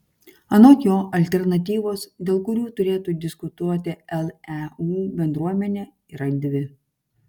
anot jo alternatyvos dėl kurių turėtų diskutuoti leu bendruomenė yra dvi